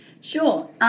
Sure